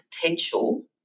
potential